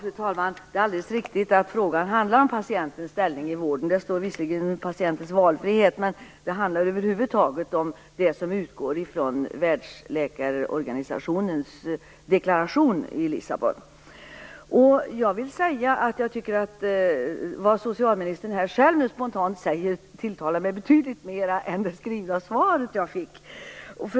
Fru talman! Det är alldeles riktigt att frågan handlar om patientens ställning i vården. Den handlar visserligen också om patientens valfrihet, men den handlar över huvud taget om det som utgår från Det som socialministern spontant säger här nu tilltalar mig betydligt mer än det skrivna svar jag fick.